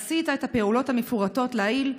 עשית את הפעולות המפורטות לעיל,